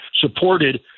supported –